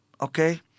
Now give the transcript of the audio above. okay